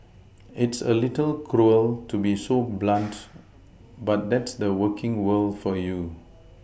it's a little cruel to be so blunt but that's the working world for you